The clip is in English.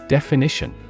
Definition